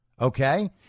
Okay